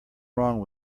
wrong